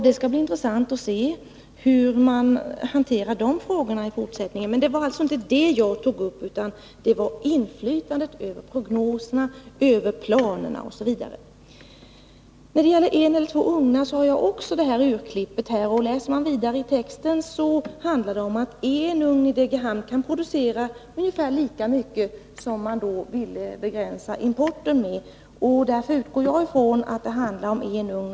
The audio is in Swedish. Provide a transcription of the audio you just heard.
Det skall bli intressant att se hur de borgerliga hanterar de frågorna i fortsättningen. Men det var alltså inte detta jag tog upp, utan det var inflytandet över prognoserna rörande planerna osv. När det gäller frågan om en eller två ugnar har jag också urklippet här. Läser man vidare i texten finner man att det står att en ugn i Degerhamn kan producera ungefär lika mycket som den kvantitet som man vill begränsa importen med, och därför utgår jag från att det handlar om en ugn.